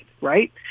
right